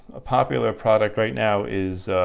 a popular product right now is